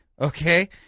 Okay